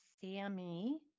Sammy